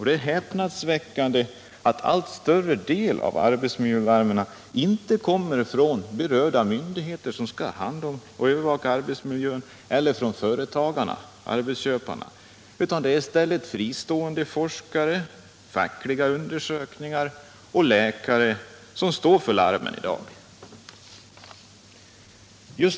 Det är häpnadsväckande att en allt större del av arbetsmiljövarningarna inte kommer från berörda myndigheter som skall ha hand om och övervaka arbetsmiljön, eller från företagarna — arbetsköparna. Det är i stället fristående forskare, fackliga undersökningar och läkare som står för larmen i dag.